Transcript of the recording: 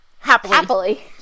happily